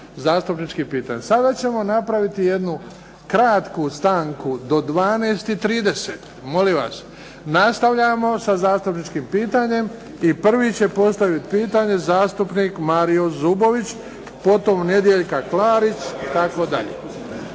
zastupničkih pitanja. Sada ćemo napraviti jednu kratku stanku do 12,30, molim vas, nastavljamo sa zastupničkim pitanjem i prvi će postaviti pitanje zastupnik Mario Zubović, potom Nedjeljka Klarić i tako dalje.